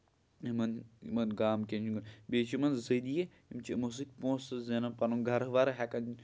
یِمن گامہٕ کٮ۪ن یِم بیٚیہِ چھُ یِمن ذٔریعہ یِم چھِ یِمو سۭتۍ پونسہٕ زینان پَنُن گرٕ وَرٕ ہیٚکان